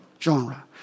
genre